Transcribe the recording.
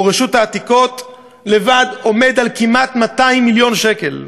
רשות העתיקות לבד עומד על כמעט 200 מיליון שקל.